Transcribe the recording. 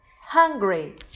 Hungry